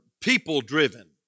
people-driven